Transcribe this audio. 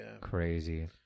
crazy